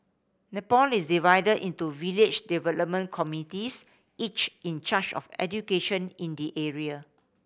Nepal is divided into village development committees each in charge of education in the area